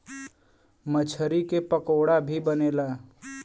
मछरी के पकोड़ा भी बनेला